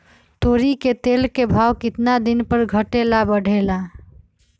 तोरी के तेल के भाव केतना दिन पर घटे ला बढ़े ला?